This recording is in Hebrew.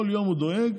כל יום הוא דואג